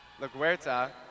LaGuerta